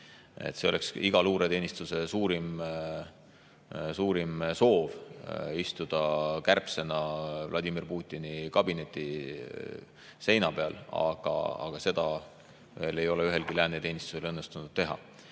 See oleks iga luureteenistuse suurim soov: istuda kärbsena Vladimir Putini kabineti seina peal. Aga seda ei ole veel ühelgi lääne teenistusel õnnestunud teha.